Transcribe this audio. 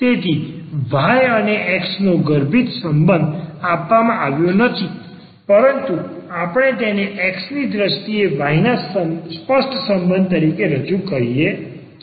તેથી y અને x નો કોઈ ગર્ભિત સંબંધ આપવામાં આવ્યો નથી પરંતુ આપણે તેને x ની દ્રષ્ટિએ y ના સ્પષ્ટ સંબંધ તરીકે કહીએ છીએ